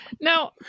No